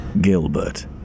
Gilbert